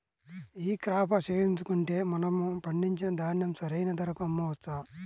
ఈ క్రాప చేయించుకుంటే మనము పండించిన ధాన్యం సరైన ధరకు అమ్మవచ్చా?